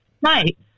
right